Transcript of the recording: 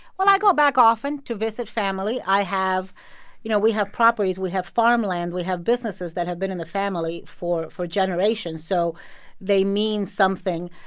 well, i go back often to visit family. i have you know, we have properties. we have farmland. we have businesses that have been in the family for for generations, so they mean something,